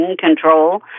control